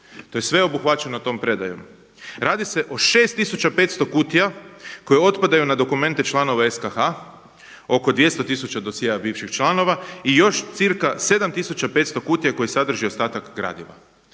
To je sve obuhvaćeno tom predajom. Radi se o 6.500 kutija koje otpadaju na članove SKH, oko 200 tisuća dosjea bivših članova i još cirka 7.500 kutija koje sadrže ostatak gradiva.